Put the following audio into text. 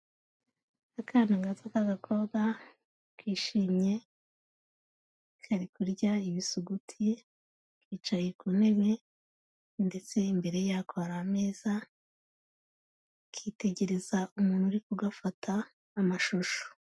Akana gato k'agakobwa kishimye, kari kurya ibisuguti kicaye ku ntebe ndetse imbere yako hari ameza, kitegereza umuntu uri kugafata amashusho.